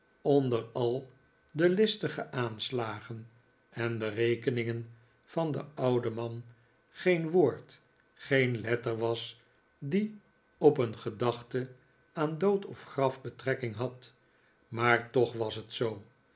onder al de listige aanslagen en berekeningen van den ouden man geen woord geen letter was die op een gedachte aan dood of graf betrekking had maar toch was het zoo